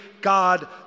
God